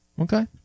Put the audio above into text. Okay